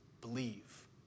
believe